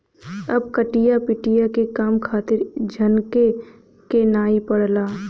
अब कटिया पिटिया के काम खातिर झनके के नाइ पड़ला